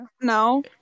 No